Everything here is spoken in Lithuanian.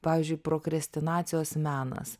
pavyzdžiui prokrestinacijos menas